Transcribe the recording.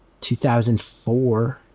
2004